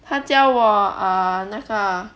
他教我 err 那个